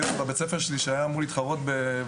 בבית הספר שלי היה ילד שהיה אמור להתחרות בריצה,